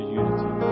unity